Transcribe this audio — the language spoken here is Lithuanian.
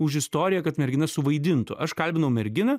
už istoriją kad mergina suvaidintų aš kalbinau merginą